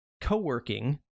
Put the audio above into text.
co-working